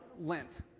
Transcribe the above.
Lent